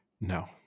No